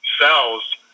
cells